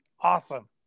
awesome